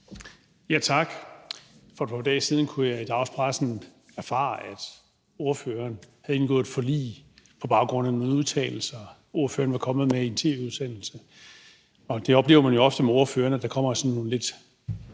(S): Tak. For et par dage siden kunne jeg fra dagspressen erfare, at ordføreren havde indgået et forlig på baggrund af nogle udtalelser, ordføreren var kommet med i en tv-udsendelse, og man oplever jo ofte med ordførere, at der kommer sådan nogle lidt